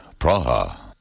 Praha